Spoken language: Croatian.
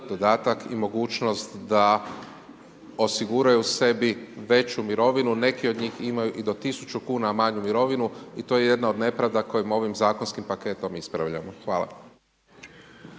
dodatak i mogućnost da osiguraju sebi veću mirovinu, neki od njih imaju i do 1000 kuna manju mirovinu i to je jedna od nepravda kojim ovim zakonskim paketom ispravljamo. Hvala.